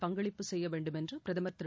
பங்களிப்பு செய்ய வேண்டும் என்று பிரதமர் திரு